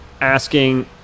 asking